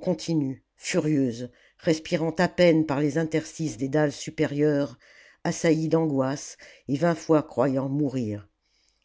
continue furieuse respirant à peine par les interstices des dalles supérieures assailli d'angoisses et vingt fois croyant mourir